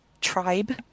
tribe